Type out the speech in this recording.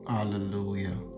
Hallelujah